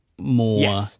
more